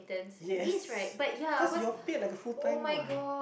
yes cause you're paid like a full time what